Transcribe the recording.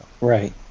Right